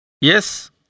Yes